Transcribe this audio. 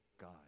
god